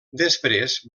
després